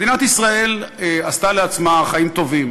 מדינת ישראל עשתה לעצמה חיים טובים,